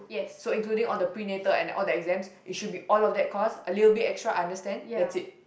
so including all the prenatal and all the exams it should be all of that cost a little bit extra I understand that's it